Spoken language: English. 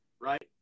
right